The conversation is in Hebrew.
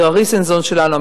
אירה ריסנזון שלנו,